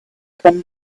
come